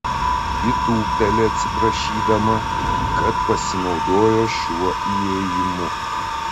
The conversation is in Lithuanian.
ji tūpteli atsiprašydama kad pasinaudojo šiuo įėjimu